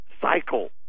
cycle